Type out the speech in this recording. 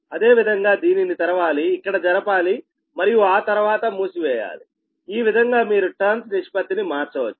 అదే విధంగా దీనిని తెరవాలిఇక్కడ జరపాలి మరియు ఆ తర్వాత మూసివేయాలిఈ విధంగా మీరు టర్న్స్ నిష్పత్తిని మార్చవచ్చు